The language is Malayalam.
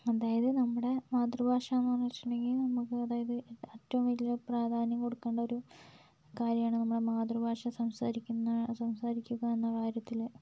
അതായത് നമ്മുടെ മാതൃഭാഷാന്ന് വെച്ചിട്ടുണ്ടെങ്കിൽ നമുക്ക് അതായത് ഏറ്റോം വലിയ പ്രാധാന്യം കൊടുക്കേണ്ടൊരു കാര്യമാണ് നമ്മുടെ മാതൃഭാഷ സംസാരിക്കുന്ന സംസാരിക്കുക എന്ന കാര്യത്തിൽ